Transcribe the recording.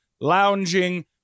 lounging